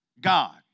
God